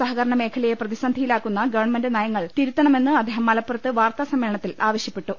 സഹകരണ മേഖലയെ പ്രതിസന്ധിയിലാക്കുന്ന ഗവൺമെന്റ് നയങ്ങൾ തിരുത്തണമെന്ന് അദ്ദേഹം മലപ്പുറത്ത് വാർത്താ സമ്മേളനത്തിൽ ആവശ്യപ്പെട്ടു